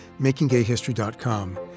makinggayhistory.com